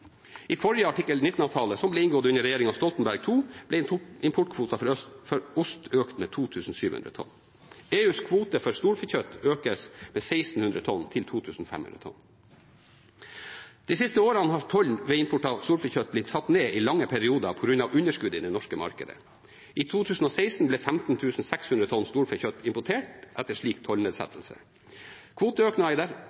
I forrige artikkel 19-avtale, som ble inngått under regjeringen Stoltenberg II, ble importkvoten for ost økt med 2 700 tonn. EUs kvote for storfekjøtt økes med 1 600 tonn til 2 500 tonn. De siste årene har tollen ved import av storfekjøtt blitt satt ned i lange perioder på grunn av underskudd i det norske markedet. I 2016 ble 15 600 tonn storfekjøtt importert etter slik